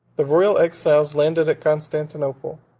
the royal exiles landed at constantinople,